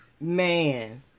Man